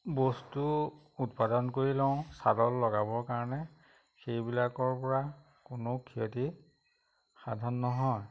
বস্তু উৎপাদন কৰি লওঁ চালত লগাবৰ কাৰণে সেইবিলাকৰ পৰা কোনো ক্ষতি সাধন নহয়